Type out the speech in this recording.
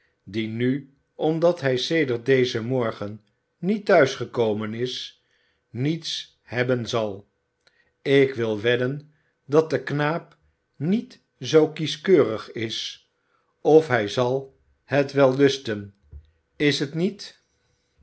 die nu omdat hij sedert dezen morgen niet thuis gekomen is niets hebben zal ik wil wedden dat de knaap niet zoo kieskeurig is of hij zal het wel lusten is het niet